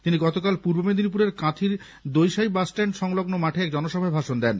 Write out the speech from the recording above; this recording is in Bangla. তিনি গতকাল পূর্ব মেদিনীপুরের কাঁথির দৈসাই বাসস্ট্যান্ড সংলগ্ন মাঠে এক জনসভায় ভাষণ দেন